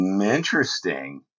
Interesting